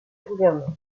gouvernance